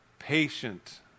Patient